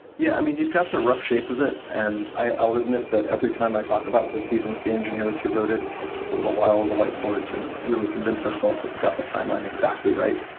yeah. i mean, you've got the rough shape of it, and i'll admit that every time i talk about this even with the engineers who wrote it. it takes us a little while with and the whiteboard to really convince ourselves that we got the timeline exactly right.